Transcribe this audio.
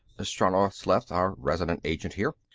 stranor sleth, our resident agent here.